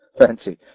Fancy